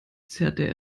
zerrte